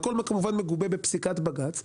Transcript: והכול, כמובן, מגובה בפסיקת בג"ץ.